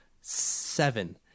Seven